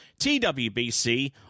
TWBC